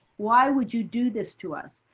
why would you do this to us?